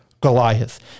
Goliath